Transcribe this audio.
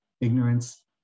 ignorance